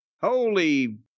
holy